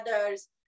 others